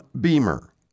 Beamer